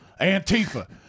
Antifa